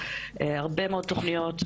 הרבה מאוד תוכניות,